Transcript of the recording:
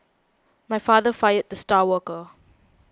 my father fired the star worker